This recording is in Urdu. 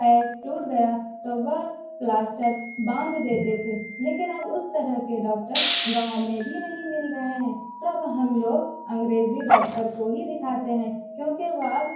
پیر ٹوٹ گیا تو وہ پلاسٹر باندھ دیتے تھے لیکن اب اس طرح کے ڈاکٹر گاؤں میں بھی نہیں مل رہے ہیں تو اب ہم لوگ انگریزی ڈاکٹر کو ہی دکھاتے ہیں کیونکہ وہ اب